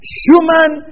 human